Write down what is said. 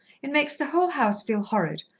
it makes the whole house feel horrid,